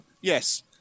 Yes